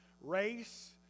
Race